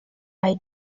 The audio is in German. bei